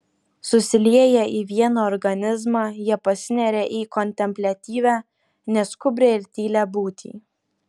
susilieję į vieną organizmą jie pasineria į kontempliatyvią neskubrią ir tylią būtį